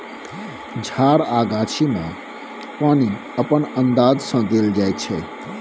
झार आ गाछी मे पानि अपन अंदाज सँ देल जाइ छै